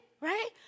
Right